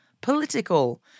political